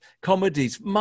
comedies